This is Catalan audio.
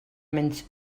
menys